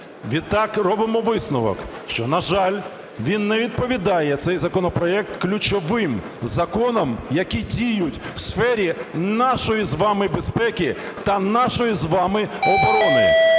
Відтак робимо висновок, що, на жаль, він не відповідає цей законопроект ключовим законам, які діють в сфері нашої з вами безпеки та нашої з вами оборони.